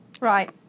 Right